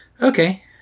Okay